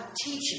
teaching